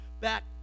back